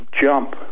jump